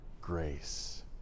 grace